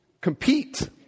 compete